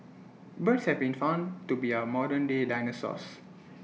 birds have been found to be our modernday dinosaurs